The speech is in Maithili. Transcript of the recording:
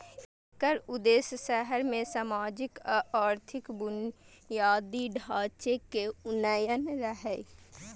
एकर उद्देश्य शहर मे सामाजिक आ आर्थिक बुनियादी ढांचे के उन्नयन रहै